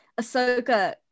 Ahsoka